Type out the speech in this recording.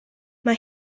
mae